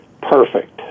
perfect